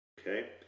okay